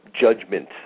judgment